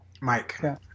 Mike